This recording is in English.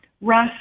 Russ